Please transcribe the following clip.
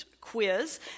quiz